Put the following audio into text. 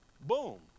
boom